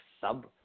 sub –